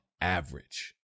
average